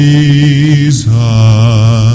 Jesus